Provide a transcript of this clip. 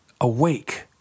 awake